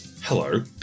Hello